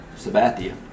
Sabathia